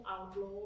outlaw